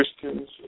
Christians